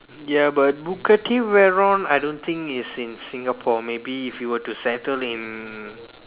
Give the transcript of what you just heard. ya but Bugatti Veyron I don't think is in Singapore maybe if you were to settle in